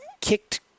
kicked